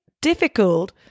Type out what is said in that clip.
difficult